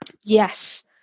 Yes